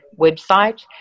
website